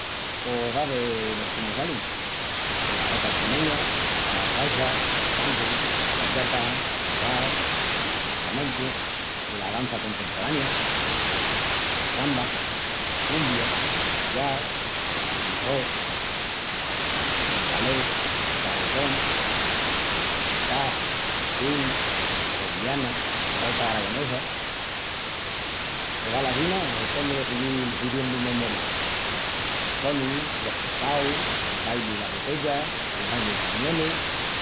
Pos ave los que me salin: la xota estremeña, la salsa, el tangu, la bachata, el vas, el framencu, la dança contemporania, la samba, la cumbia, el jazz, el hip-hop, el ballet, el raguetón, el tap, el swing, las sevillanas, las xotas aragonesas, te val assina o tengu de siguil hiziendu memoria? Los sonis, los picaus, el baili la botella, el baili'l pañuelu,...